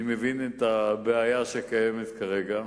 אני מבין את הבעיה שקיימת כרגע.